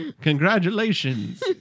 congratulations